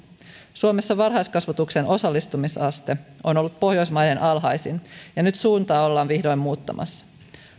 suomessa varhaiskasvatuksen osallistumisaste on ollut pohjoismaiden alhaisin ja nyt suuntaa ollaan vihdoin muuttamassa